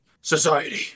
society